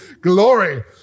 Glory